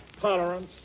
tolerance